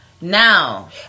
Now